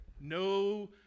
No